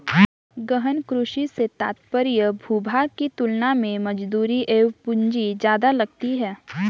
गहन कृषि से तात्पर्य भूभाग की तुलना में मजदूरी एवं पूंजी ज्यादा लगती है